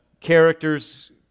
characters